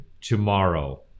tomorrow